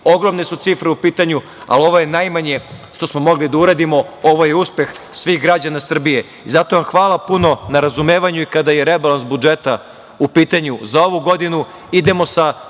Ogromne su cifre u pitanju, ali ovo je najmanje što smo mogli da uradimo, ovo je uspeh svih građana Srbije. Zato vam hvala puno na razumevanju i kada je rebalans budžeta u pitanju za ovu godinu. Idemo sa